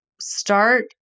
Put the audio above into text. start